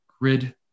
grid